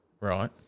Right